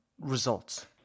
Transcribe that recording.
results